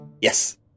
Yes